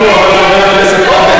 גוי הוא גוי הוא גוי,